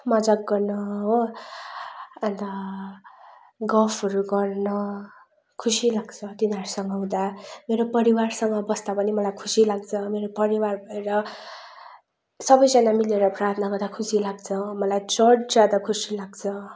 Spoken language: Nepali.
मजाक गर्न हो अन्त गफहरू गर्न खुसी लाग्छ तिनीहरूसँग हुँदा मेरो परिवारसँग बस्ता पनि मलाई खुसी लाग्छ मेरो परिवार भएर सबैजना मिलेर प्रार्थना गर्दा खुसी लाग्छ मलाई चर्च जाँदा खुसी लाग्छ